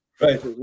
right